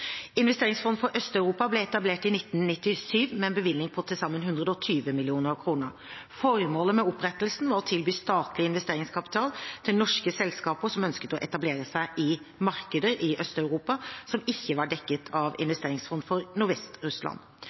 for Øst-Europa ble etablert i 1997 med en bevilgning på til sammen 120 mill. kr. Formålet med opprettelsen var å tilby statlig investeringskapital til norske selskaper som ønsket å etablere seg i markeder i Øst-Europa som ikke var dekket av Investeringsfond for